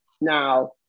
Now